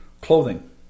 clothing